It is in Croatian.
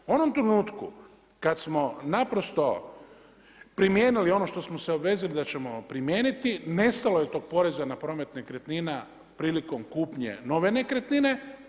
U onom trenutku kad smo naprosto primijenili ono što smo se obvezali da ćemo primijeniti nestalo je tog poreza na promet nekretnina prilikom kupnje nove nekretnine.